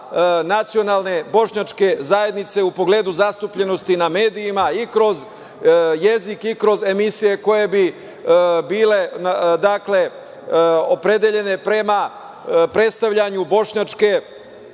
Nacionalne bošnjačke zajednice u pogledu zastupljenosti na medijima i kroz jezik i kroz emisije koje bi bile opredeljene prema predstavljanju bošnjačke